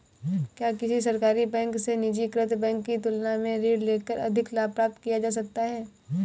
क्या किसी सरकारी बैंक से निजीकृत बैंक की तुलना में ऋण लेकर अधिक लाभ प्राप्त किया जा सकता है?